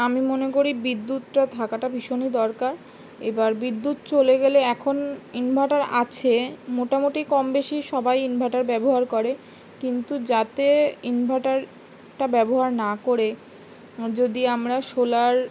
আমি মনে করি বিদ্যুৎটা থাকাটা ভীষণই দরকার এবার বিদ্যুৎ চলে গেলে এখন ইনভারটার আছে মোটামুটি কম বেশি সবাই ইনভারটার ব্যবহার করে কিন্তু যাতে ইনভারটারটা ব্যবহার না করে যদি আমরা সোলার